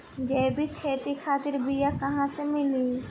जैविक खेती खातिर बीया कहाँसे मिली?